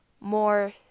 more